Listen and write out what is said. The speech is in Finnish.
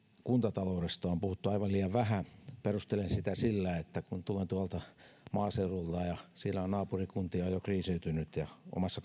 kuntataloudesta on puhuttu aivan liian vähän perustelen sitä sillä että tulen tuolta maaseudulta ja siinä on naapurikuntia jo jo kriisiytynyt eikä omassa